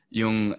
yung